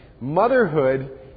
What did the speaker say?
Motherhood